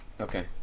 Okay